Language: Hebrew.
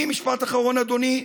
משפט אחרון, אדוני.